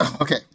Okay